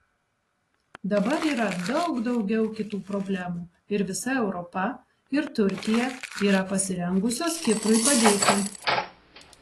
dabar yra daug daugiau kitų problemų ir visa europa ir turkija yra pasirengusios kiprui padėti